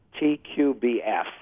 TQBF